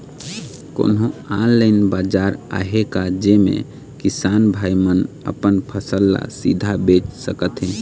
कोन्हो ऑनलाइन बाजार आहे का जेमे किसान भाई मन अपन फसल ला सीधा बेच सकथें?